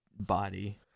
body